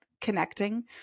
connecting